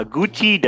Gucci